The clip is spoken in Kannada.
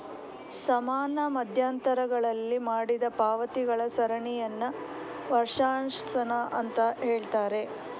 ಸಮಾನ ಮಧ್ಯಂತರಗಳಲ್ಲಿ ಮಾಡಿದ ಪಾವತಿಗಳ ಸರಣಿಯನ್ನ ವರ್ಷಾಶನ ಅಂತ ಹೇಳ್ತಾರೆ